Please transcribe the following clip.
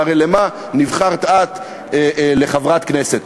והרי למה נבחרת את לחברת כנסת?